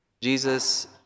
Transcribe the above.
Jesus